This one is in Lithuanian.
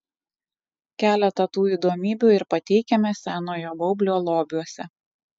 keletą tų įdomybių ir pateikiame senojo baublio lobiuose